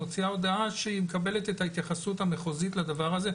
היא מוציאה הודעה שהיא מקבלת את ההתייחסות המחוזית לדבר הזה,